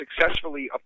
successfully